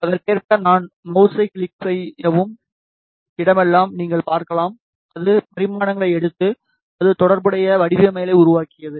அதற்கேற்ப நான் மவுஸை கிளிக் செய்யும் இடமெல்லாம் நீங்கள் பார்க்கலாம் அது பரிமாணங்களை எடுத்தது அது தொடர்புடைய வடிவவியலை உருவாக்கியது